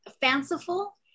fanciful